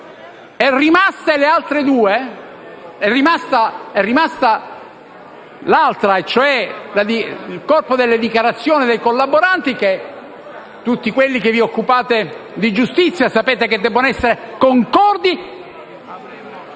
È rimasta l'altra, cioè il corpo delle dichiarazioni dei collaboranti, le quali tutti voi che vi occupate di giustizia sapete che devono essere concordi